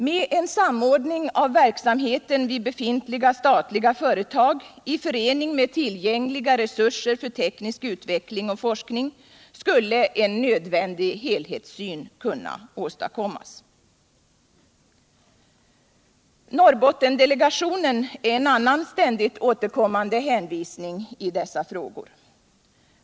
Med en samordning av verksamheten vid befintliga statliga företag i förening med tillgängliga resurser för teknisk utveckling och forskning skulle en nödvändig helhetssyn kunna åstadkommas. Norrbottendelegationen är en annan ständigt återkommande hänvisning i dessa frågor.